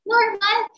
Normal